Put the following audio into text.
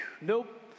nope